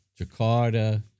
Jakarta